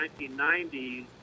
1990s